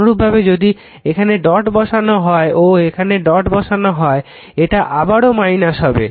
অনুরূপভাবে যদি এখানে ডট বসানো হয় ও এখানে ডট বসানো হয় এটা আবারও - হবে